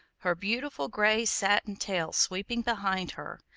her beautiful gray satin tail sweeping behind her,